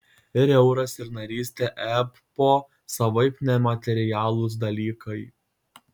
ir euras ir narystė ebpo savaip nematerialūs dalykai